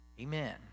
Amen